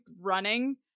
running